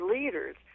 leaders